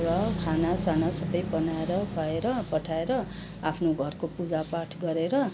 र खाना साना सबै बनाएर खुवाएर पठाएर आफ्नो घरको पूजा पाठ गरेर